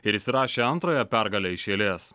ir įsirašė antrąją pergalę iš eilės